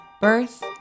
birth